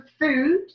food